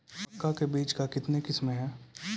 मक्का के बीज का कितने किसमें हैं?